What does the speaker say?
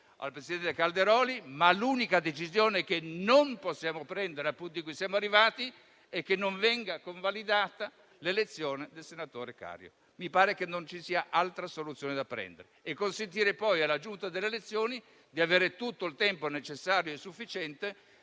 presidente Calderoli. Ma l'unica decisione che non possiamo prendere, al punto in cui siamo arrivati, è che non venga convalidata l'elezione del senatore Cario; mi pare che non ci sia altra soluzione. Si dovrà consentire poi alla Giunta delle elezioni di avere tutto il tempo necessario e sufficiente